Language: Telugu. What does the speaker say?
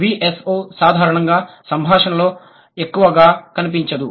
VSO సాధారణంగా సంభాషణలో ఎక్కువగా కనిపించదు